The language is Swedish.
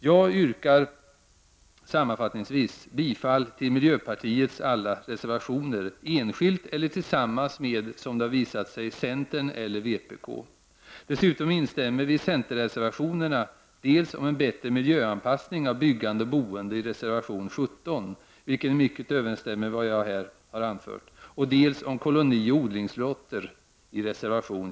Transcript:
Jag yrkar sammanfattningsvis bifall till miljöpartiets alla reservationer enskilt eller tillsammans med centern resp. vpk. Dessutom instämmer vi i centerreservationerna 17 om en bättre miljöanpassning av byggande och boende, vilken i mycket överensstämmer med vad jag här har anfört, och 23 om kolonioch odlingslotter.